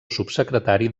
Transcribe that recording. subsecretari